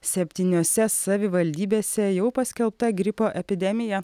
septyniose savivaldybėse jau paskelbta gripo epidemija